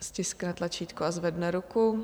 Ať stiskne tlačítko a zvedne ruku.